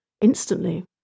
instantly